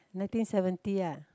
nineteen seventy ah